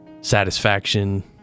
satisfaction